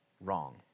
wrong